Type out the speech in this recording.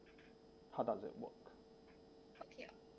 how does it work